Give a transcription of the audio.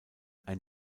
ein